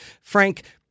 Frank